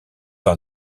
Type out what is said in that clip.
par